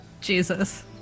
Jesus